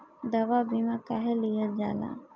दवा बीमा काहे लियल जाला?